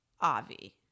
Avi